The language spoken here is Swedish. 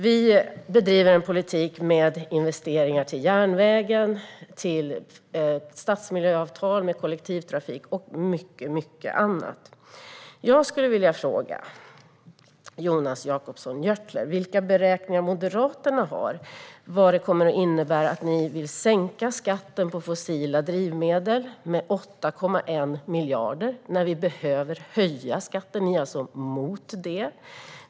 Vi bedriver en politik för investeringar i järnvägen, stadsmiljöavtal med kollektivtrafik och mycket annat. Jag vill fråga Jonas Jacobsson Gjörtler vilka beräkningar Moderaterna har. Vad kommer det att innebära att ni vill sänka skatten på fossila drivmedel med 8,1 miljarder när vi behöver höja skatten? Ni är alltså emot det.